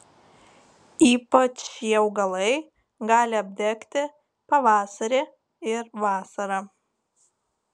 ypač šie augalai gali apdegti pavasarį ir vasarą